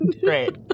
Great